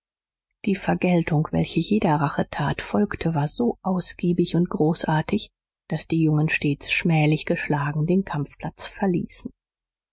die vergeltung welche jeder rachetat folgte war so ausgiebig und großartig daß die jungen stets schmählich geschlagen den kampfplatz verließen